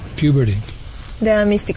puberty